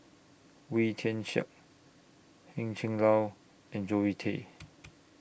Wee Tian Siak Heng Chee and Zoe Tay